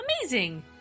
amazing